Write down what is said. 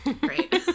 Great